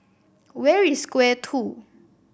where is Square Two